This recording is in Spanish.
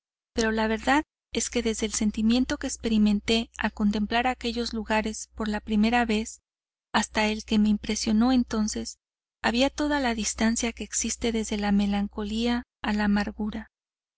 pero la verdad es que desde el sentimiento que experimenté al contemplar aquellos lugares por la vez primera hasta el que me impresionó entonces había toda la distancia que existe desde la melancolía a la amargura